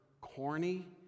Corny